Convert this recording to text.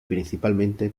principalmente